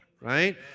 right